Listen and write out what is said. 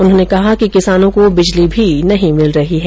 उन्होंने कहा कि किसानों को बिजली भी नहीं मिल रही है